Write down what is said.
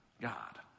God